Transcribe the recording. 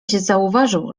zauważył